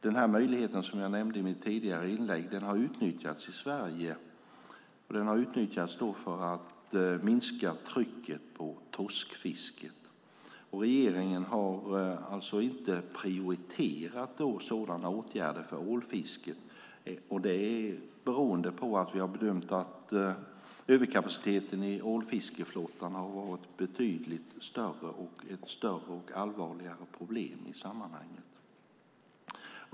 Den här möjligheten som jag nämnde i mitt tidigare inlägg har utnyttjats i Sverige för att minska trycket på torskfisket. Regeringen har alltså inte prioriterat sådana åtgärder för ålfisket. Det beror på att vi har bedömt att överkapaciteten i ålfiskeflottan har varit betydligt större och ett större och allvarligare problem i sammanhanget.